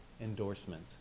endorsement